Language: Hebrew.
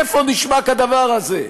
איפה נשמע כדבר הזה?